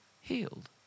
healed